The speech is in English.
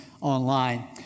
online